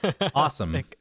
Awesome